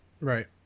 Right